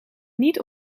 niet